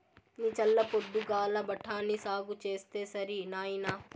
నీ చల్ల పొద్దుగాల బఠాని సాగు చేస్తే సరి నాయినా